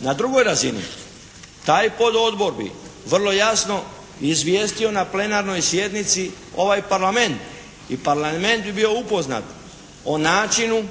Na drugoj razini taj pododbor bi vrlo jasno izvijestio na plenarnoj sjednici ovaj Parlament i Parlament bi bio upoznat o načinu